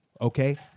okay